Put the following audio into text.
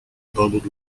bundled